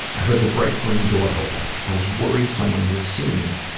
i heard the break room door open. i was worried someone would see me,